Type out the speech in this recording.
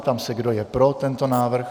Ptám se, kdo je pro tento návrh.